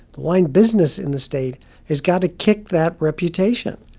the wine business in the state has got to kick that reputation.